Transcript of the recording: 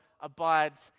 abides